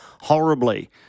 horribly